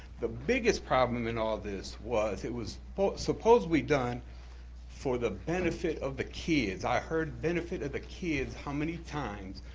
the biggest problem in all of this was it was supposedly done for the benefit of the kids. i heard benefit of the kids how many times,